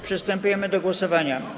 Przystępujemy do głosowania.